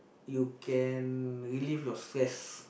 you can relieve your stress